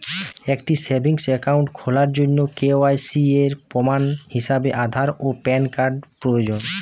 একটি savings account খোলার জন্য কে.ওয়াই.সি এর প্রমাণ হিসাবে আধার ও প্যান কার্ড প্রয়োজন